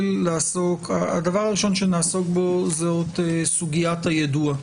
הדבר הראשון שנעסוק בו הוא סוגיית היידוע.